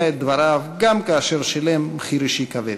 את דבריו גם כאשר שילם מחיר אישי כבד.